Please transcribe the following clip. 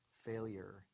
failure